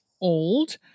old